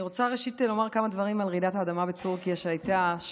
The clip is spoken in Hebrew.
אני רוצה לומר כמה דברים על רעידת האדמה שהייתה בטורקיה,